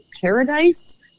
Paradise